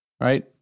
Right